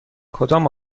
کدام